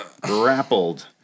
grappled